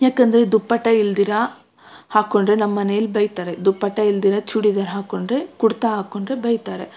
ಯಾಕಂದರೆ ದುಪ್ಪಟ್ಟ ಇಲ್ಲದಿರ ಹಾಕ್ಕೊಂಡ್ರೆ ನಮ್ಮ ಮನೆಯಲ್ ಬೈತಾರೆ ದುಪ್ಪಟ್ಟ ಇಲ್ಲದಿರ ಚೂಡಿದಾರ್ ಹಾಕ್ಕೊಂಡ್ರೆ ಕುಡ್ತಾ ಹಾಕ್ಕೊಂಡ್ರೆ ಬೈತಾರೆ